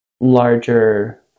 larger